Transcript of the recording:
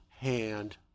hand